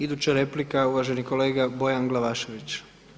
Iduća replika uvaženi kolega Bojan Glavašević.